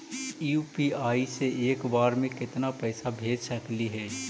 UPI से एक बार मे केतना पैसा भेज सकली हे?